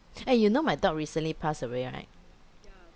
eh you know my dog recently passed away right